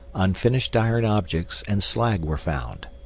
unfinished iron objects, and slag were found.